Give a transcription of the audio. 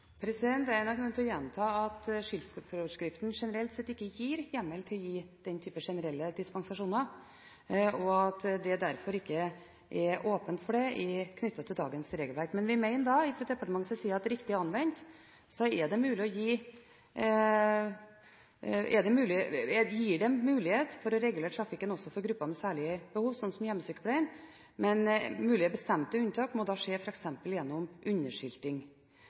er grunn til å gjenta at skiltforskriften generelt sett ikke gir hjemmel til å gi den type generelle dispensasjoner, og at det derfor ikke er åpent for det i henhold til dagens regelverk. Fra departementets side mener vi at riktig anvendt gir det mulighet for å regulere trafikken også for grupper med særlige behov, slik som hjemmesykepleien, men mulige bestemte unntak må da skje f.eks. gjennom underskilting.